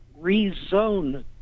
rezone